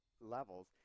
levels